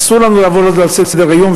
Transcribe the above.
אסור לנו לעבור על זה לסדר-היום,